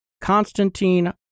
Constantine